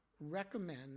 recommend